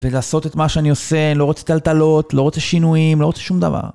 ולעשות את מה שאני עושה, לא רוצה טלטלות, לא רוצה שינויים, לא רוצה שום דבר.